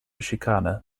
schikane